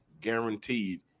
guaranteed